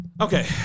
Okay